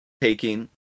taking